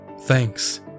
thanks